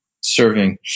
serving